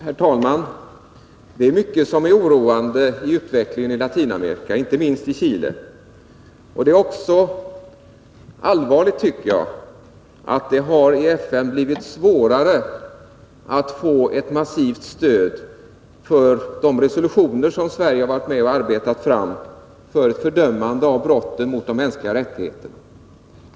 Herr talman! Det är mycket som är oroande i utvecklingen i Latinamerika och inte minst i Chile. Jag tycker också att det är allvarligt att det i FN har blivit svårare att få ett massivt stöd för de resolutioner om ett fördömande av brotten mot de mänskliga rättigheterna som Sverige har varit med om att arbeta fram.